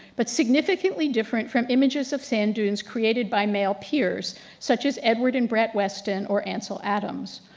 but significantly different from images of sand dunes created by male peers such as edward and brett weston or ansel adams.